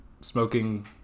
smoking